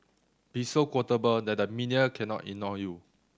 be so quotable that the media cannot ignore you